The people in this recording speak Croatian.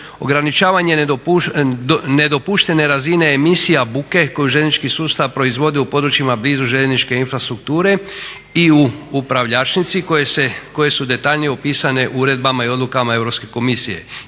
ograničavanje nedopuštene razine emisija buke koju željeznički sustav proizvodi u područjima blizu željezničke infrastrukture i u upravljačnici koje su detaljnije opisane uredbama i odlukama Europske komisije.